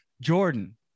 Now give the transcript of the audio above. jordan